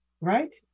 right